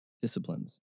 disciplines